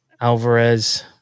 Alvarez